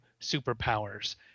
superpowers